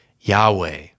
Yahweh